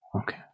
Okay